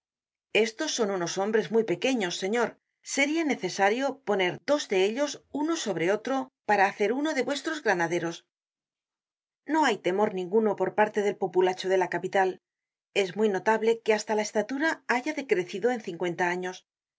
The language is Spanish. estos son unos hombres muy pequeños señor seria necesario poner dos de ellos uno sobre otro para hacer uno de vuestros granaderos no hay temor ninguno por parte del populacho de la capital es muy notable que hasta la estatura haya decrecido en cincuenta años